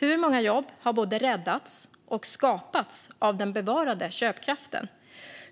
Hur många jobb har räddats och skapats av den bevarade köpkraften?